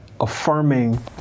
affirming